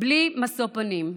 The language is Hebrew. בלי משוא פנים.